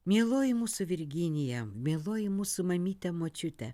mieloji mūsų virginija mieloji mūsų mamyte močiute